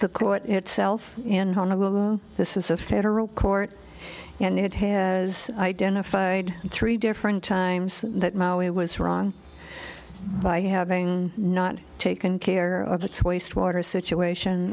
the court itself in honolulu this is a federal court and it has identified three different times that now it was wrong by having not taken care of its wastewater situation